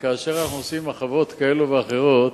כאשר אנחנו עושים מחוות כאלה ואחרות,